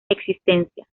existencia